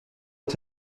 est